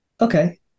Okay